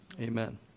Amen